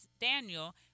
Daniel